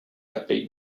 upbeat